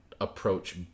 approach